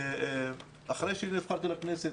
אחרי שנבחרתי לכנסת,